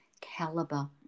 caliber